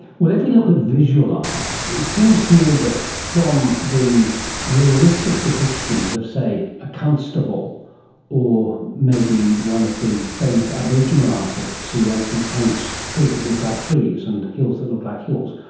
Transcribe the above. but if we look ah visual art, it seems to me that from the realistic depictions of, say, a constable or maybe one of the famous aboriginal artists who actually paints trees that look like trees and hills that look like hills,